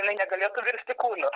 jinai negalėtų virsti kūnu